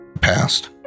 past